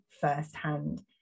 firsthand